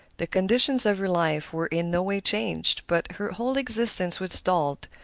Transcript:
the conditions of her life were in no way changed, but her whole existence was dulled,